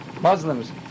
Muslims